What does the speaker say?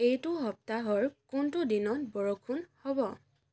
এইটো সপ্তাহৰ কোনটো দিনত বৰষুণ হ'ব